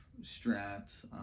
strats